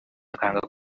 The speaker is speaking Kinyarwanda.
akanga